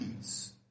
peace